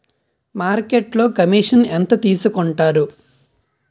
మార్కెట్లో కమిషన్ ఎంత తీసుకొంటారు?